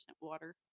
water